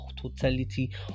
totality